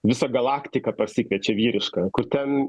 visą galaktiką pasikviečia vyrišką kur ten